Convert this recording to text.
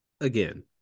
again